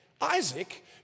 Isaac